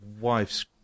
wife's